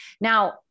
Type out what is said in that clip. Now